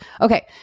Okay